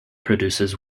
produces